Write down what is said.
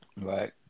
Right